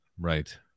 Right